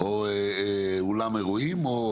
אולם אירועים.